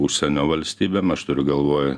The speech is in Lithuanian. užsienio valstybėm aš turiu galvoj